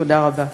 תודה רבה.